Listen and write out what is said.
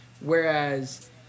Whereas